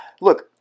Look